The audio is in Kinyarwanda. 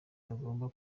agomba